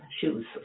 shoes